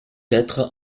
être